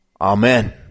Amen